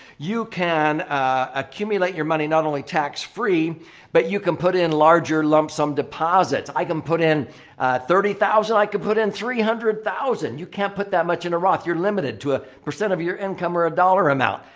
you can ah accumulate your money not only tax-free but you can put in larger lump sum deposits. i can put in thirty thousand, i could put in three hundred thousand. you can't put that much in a roth. you're limited to a percent of your income or a dollar amount.